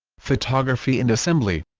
photography and assembly